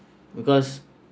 because